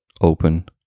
open